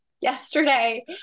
yesterday